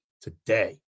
today